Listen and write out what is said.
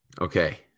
okay